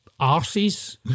arses